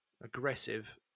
aggressive